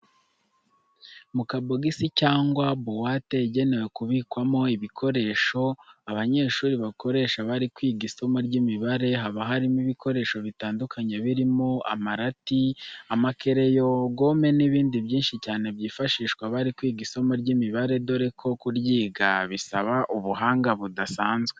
Mu kabogisi cyangwa buwate igenewe kubikwamo ibikoresho abanyeshuri bakoresha bari kwiga isomo ry'imibare, haba harimo ibikoresho bitandukanye birimo amarati, amakereyo, gome n'ibindi byinshi cyane byifashishwa bari kwiga isomo ry'imibare, dore ko kuryiga bisaba ubuhanga budasanzwe.